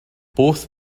both